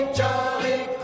jolly